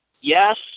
Yes